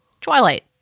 Twilight